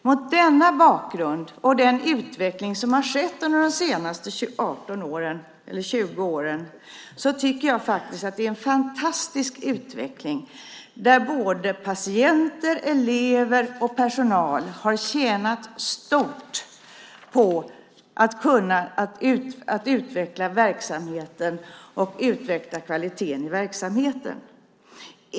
Mot denna bakgrund tycker jag att det är en fantastisk utveckling som har skett under de senaste 20 åren, där både patienter, elever och personal har tjänat stort på att kunna utveckla verksamheten och dess kvalitet.